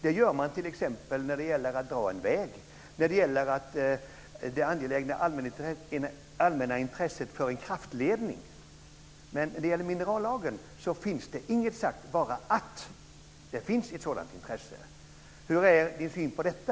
Det gör man t.ex. när det gäller att dra en väg eller när det gäller det angelägna allmänna intresset för en kraftledning. Men i fråga om minerallagen finns det inget sagt, bara att det finns ett sådant intresse. Hur är Lennart Gustavssons syn på detta?